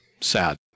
sad